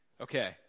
Okay